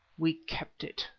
we kept it.